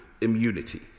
immunity